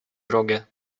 drogę